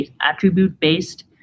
attribute-based